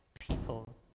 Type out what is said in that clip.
people